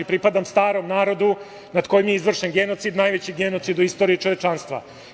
Pripadam starom narodu, nad kojim je izvršen genocid, najveći genocid u istoriji čovečanstva.